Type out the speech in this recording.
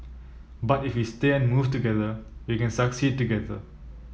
but if we stay and move together we can succeed together